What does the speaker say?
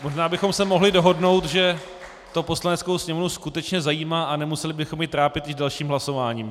Možná bychom se mohli dohodnout, že to Poslaneckou sněmovnu skutečně zajímá, a nemuseli bychom ji trápit již dalším hlasováním.